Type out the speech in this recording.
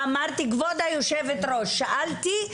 אמרתי, כבוד היושבת-ראש, שאלתי.